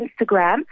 Instagram